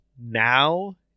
now